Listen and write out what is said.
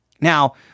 Now